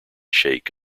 shake